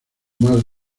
más